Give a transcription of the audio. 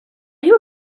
you